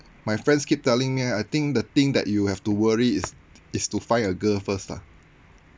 my friends keep telling me I think the thing that you have to worry is is to find a girl first lah